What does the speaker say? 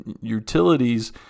utilities